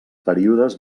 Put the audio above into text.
períodes